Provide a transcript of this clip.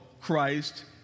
Christ